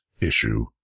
issue